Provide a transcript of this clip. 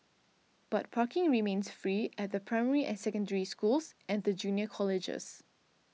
but parking remains free at the primary and Secondary Schools and the junior colleges